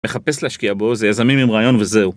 מחפש להשקיע בו, זה יזמים עם רעיון וזהו.